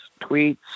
tweets